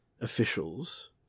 officials